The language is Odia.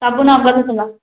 ସବୁ ନଗଦ ଫୁଲ